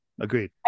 Agreed